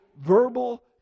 verbal